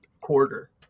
quarter